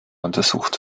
untersucht